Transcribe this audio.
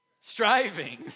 striving